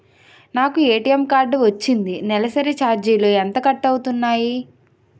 నాకు ATM card వచ్చింది నెలసరి ఛార్జీలు ఎంత కట్ అవ్తున్నాయి?